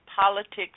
politics